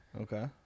okay